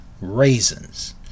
Raisins